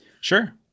Sure